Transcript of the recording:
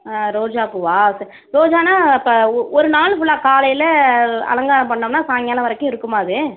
ஆ ரோஜாப்பூவா சரி ரோஜான்னா இப்போ ஒ ஒருநாள் ஃபுல்லாக காலையில் அலங்காரம் பண்ணோம்னா சாய்ங்காலம் வரைக்கும் இருக்குமா அது